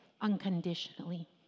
unconditionally